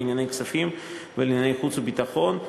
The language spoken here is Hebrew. לענייני כספים ולענייני חוץ וביטחון,